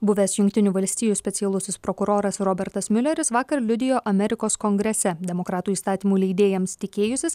buvęs jungtinių valstijų specialusis prokuroras robertas miuleris vakar liudijo amerikos kongrese demokratų įstatymų leidėjams tikėjusis